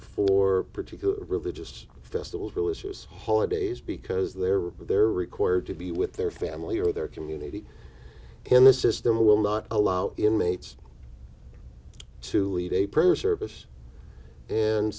for particular religious festivals religious holidays because they're they're required to be with their family or their community and the system will not allow inmates to lead a prayer service and